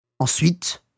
Ensuite